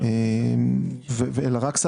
גם ברגולציה של מפעל הפיס שנקבעת על ידי שר